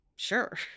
sure